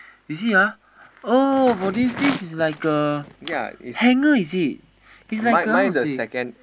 you see ah oh for this this is like a hanger is it it's like a how to say